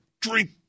drink